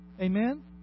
Amen